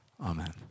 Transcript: amen